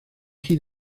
hyd